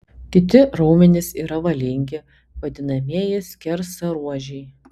kiti raumenys yra valingi vadinamieji skersaruožiai